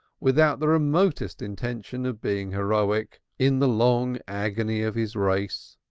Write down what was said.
without the remotest intention of being heroic, in the long agony of his race,